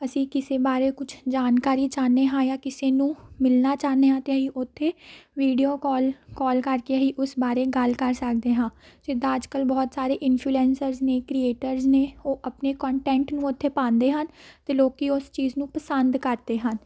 ਅਸੀਂ ਕਿਸੇ ਬਾਰੇ ਕੁਛ ਜਾਣਕਾਰੀ ਚਾਹੁੰਦੇ ਹਾਂ ਜਾਂ ਕਿਸੇ ਨੂੰ ਮਿਲਣਾ ਚਾਹੁੰਦੇ ਹਾਂ ਅਤੇ ਅਸੀਂ ਉੱਥੇ ਵੀਡੀਓ ਕੋਲ ਕੋਲ ਕਰਕੇ ਹੀ ਉਸ ਬਾਰੇ ਗੱਲ ਕਰ ਸਕਦੇ ਹਾਂ ਜਿੱਦਾਂ ਅੱਜ ਕੱਲ੍ਹ ਬਹੁਤ ਸਾਰੇ ਇੰਨਫੀਊਲੈਂਸਰਸ ਨੇ ਕ੍ਰੀਏਟਰਸ ਨੇ ਉਹ ਆਪਣੇ ਕੋਂਟੈਂਟ ਨੂੰ ਉੱਥੇ ਪਾਉਂਦੇ ਹਨ ਅਤੇ ਲੋਕੀਂ ਉਸ ਚੀਜ਼ ਨੂੰ ਪਸੰਦ ਕਰਦੇ ਹਨ